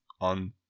on